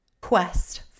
quest